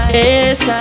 yes